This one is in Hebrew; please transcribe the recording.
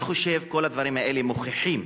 אני חושב שכל הדברים האלה מוכיחים